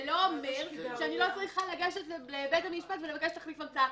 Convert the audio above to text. זה לא אומר שאני לא צריכה לגשת לבית המשפט ולבקש תחליף המצאה.